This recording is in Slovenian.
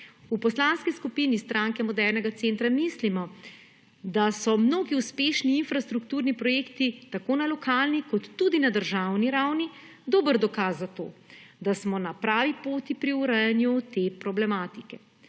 V Poslanski skupini Stranke modernega centra mislimo, da so mnogi uspešni infrastrukturni projekti, tako na lokalni kot tudi na državni ravni, dober dokaz za to, da smo na pravi poti pri urejanju te problematike.